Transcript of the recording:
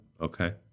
Okay